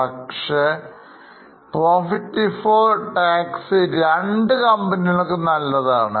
പക്ഷേ profit before taxരണ്ട് കമ്പനികൾക്ക് നല്ലതാണ്